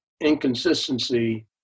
inconsistency